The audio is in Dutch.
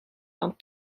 dan